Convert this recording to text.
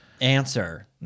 answer